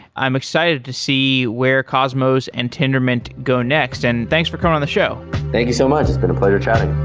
i'm excited to see where cosmos and tendermint go next, and thanks for coming on the show thank you so much. it's been a pleasure chatting.